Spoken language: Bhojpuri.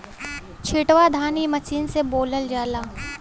छिटवा धान इ मशीन से बोवल जाला